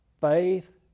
faith